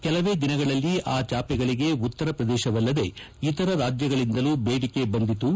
ಕೆಲವೇ ದಿನಗಳಲ್ಲಿ ಆ ಚಾಪೆಗಳಿಗೆ ಉತ್ತರ ಪ್ರದೇಶವಲ್ಲದೇ ಇತರ ರಾಜ್ಯಗಳಿಂದಲೂ ಬೇಡಿಕೆ ಬಂದಿತು